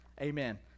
Amen